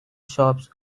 shops